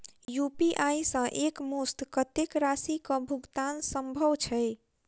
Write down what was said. UPI सऽ एक मुस्त कत्तेक राशि कऽ भुगतान सम्भव छई?